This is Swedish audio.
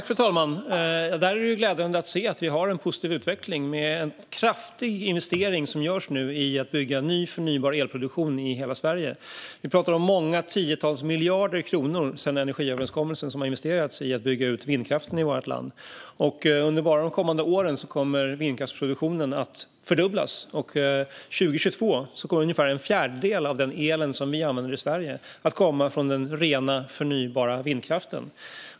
Fru talman! Här är det glädjande att se att vi har en positiv utveckling. En kraftig investering görs nu i att bygga ny förnybar elproduktion i hela Sverige. Vi talar om många tiotals miljarder kronor som sedan energiöverenskommelsen investerats i att bygga ut vindkraften i vårt land. Bara under de kommande åren kommer vindkraftsproduktionen att fördubblas, och 2022 kommer ungefär en fjärdedel av den el som vi använder i Sverige att komma från den rena och förnybara vindkraften.